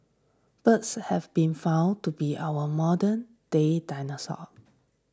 birds have been found to be our modern day dinosaurs